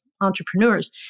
entrepreneurs